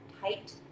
tight